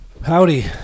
Howdy